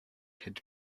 had